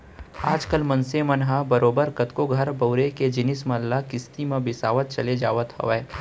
आज कल मनसे मन ह बरोबर कतको घर बउरे के जिनिस मन ल किस्ती म बिसावत चले जावत हवय